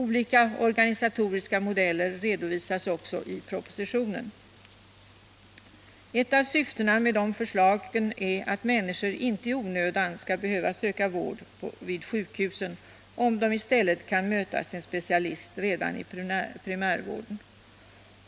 Olika organisatoriska modeller redovisas i propositionen. Ett av syftena med de förslagen är att människor inte i onödan skall behöva söka vård vid sjukhusen, om de i stället kan möta sin specialist redan i primärvården.